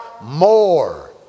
more